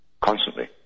constantly